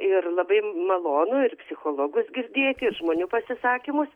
ir labai malonu ir psichologus girdėti ir žmonių pasisakymus